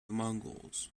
mongols